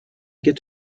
get